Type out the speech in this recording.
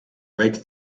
rake